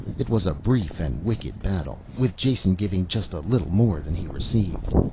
it was a brief and wicked battle, with jason giving just a little more than he received.